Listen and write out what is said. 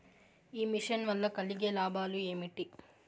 ఈ మిషన్ వల్ల కలిగే లాభాలు ఏమిటి?